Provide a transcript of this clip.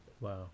Wow